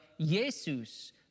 Jesus